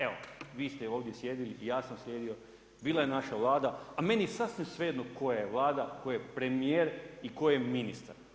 Evo vi ste ovdje sjedili, ja sam sjedio, bila je naša Vlada, a meni je sasvim svejedno koja je Vlada, tko je premijer i tko je ministar.